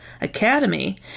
Academy